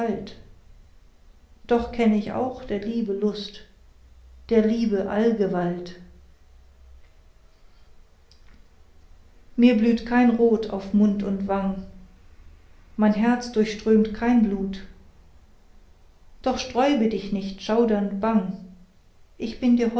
doch kenn auch ich der liebe lust der liebe allgewalt mir blüht kein rot auf mund und wang mein herz durchströmt kein blut doch sträube dich nicht schaudernd bang ich bin